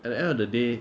at the end of the day